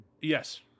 Yes